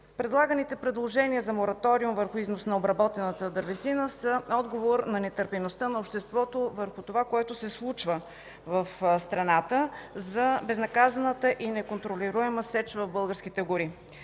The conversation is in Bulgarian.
Предлаганите предложения за мораториум върху износ на обработената дървесина са отговор на нетърпимостта на обществото върху това, което се случва в страната за безнаказаната и неконтролируема сеч в българските гори.